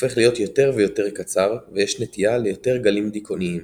הופך להיות יותר ויותר קצר ויש נטייה ליותר גלים דיכאוניים.